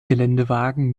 geländewagen